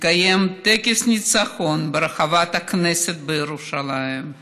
התקיים טקס ניצחון ברחבת הכנסת בירושלים,